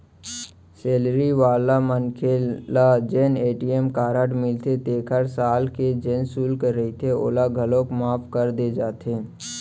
salary वाला मनखे ल जेन ए.टी.एम कारड मिलथे तेखर साल के जेन सुल्क रहिथे ओला घलौक माफ कर दे जाथे